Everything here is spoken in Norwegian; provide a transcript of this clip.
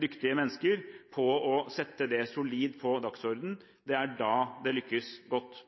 dyktige mennesker på å sette det solid på dagsordenen. Det er da det lykkes godt.